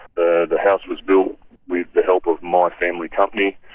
the the house was built with the help of my family company.